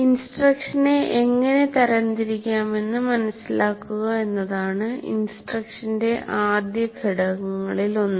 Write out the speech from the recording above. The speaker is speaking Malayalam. ഇൻസ്ട്രക്ഷനെ എങ്ങനെ തരംതിരിക്കാമെന്ന് മനസിലാക്കുക എന്നതാണ് ഇൻസ്ട്രക്ഷന്റെ ആദ്യ ഘടകങ്ങളിലൊന്ന്